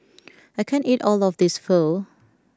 I can't eat all of this Pho